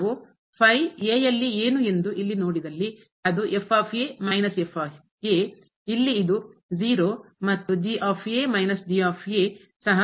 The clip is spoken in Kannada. ನಾವು ಏನುಎಂದು ಇಲ್ಲಿ ನೋಡಿದಲ್ಲಿ ಅದು ಇಲ್ಲಿ ಇದು ಮತ್ತು ಸಹ